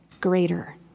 greater